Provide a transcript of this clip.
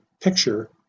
picture